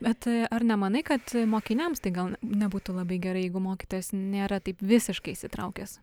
bet ar nemanai kad mokiniams tai gal nebūtų labai gerai jeigu mokytojas nėra taip visiškai įsitraukęs